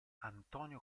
antonio